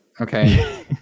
okay